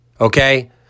Okay